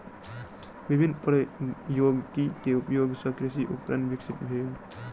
विभिन्न प्रौद्योगिकी के उपयोग सॅ कृषि उपकरण विकसित भेल